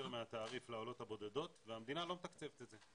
מהתעריף לעולות הבודדות והמדינה לא מתקצבת את זה.